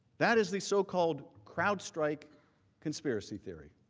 that is the so-called crowd strike conspiracy theory.